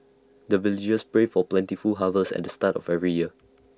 the villagers pray for plentiful harvest at the start of every year